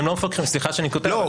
הם לא מפקחים סליחה שאני קוטע אותך,